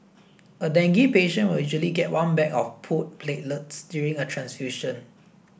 a dengue patient will usually get one bag of pooled platelets during a transfusion